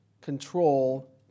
control